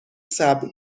صبر